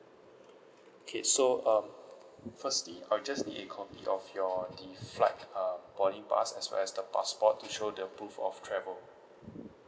okay so uh firstly I will just need a copy of your the flight uh boarding pass as well as the passport to show the proof of travel